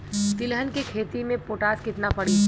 तिलहन के खेती मे पोटास कितना पड़ी?